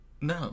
No